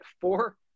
four